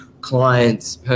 client's